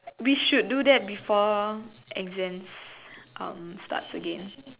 we should do that before exams um starts again